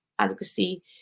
advocacy